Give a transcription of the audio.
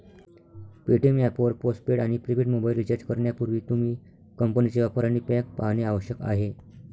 Paytm app वर postpaid आणि prepaid mobile recharge करण्यापूर्वी, तुम्ही कंपनीच्या ऑफर आणि पॅक पाहणे आवश्यक आहे